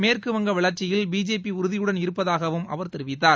மேற்குவங்க வளர்ச்சியில் பிஜேபி உறுதியுடன் இருப்பதாகவும் அவர் தெரிவித்தார்